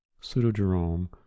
Pseudo-Jerome